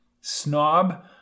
Snob